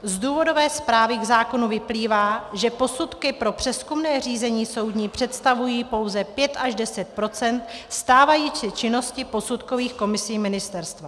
Z důvodové zprávy k zákonu vyplývá, že posudky pro přezkumné řízení soudní představují pouze 5 až 10 % stávající činnosti posudkových komisí ministerstva.